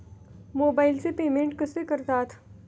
मोबाइलचे पेमेंट कसे करतात?